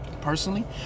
Personally